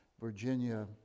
Virginia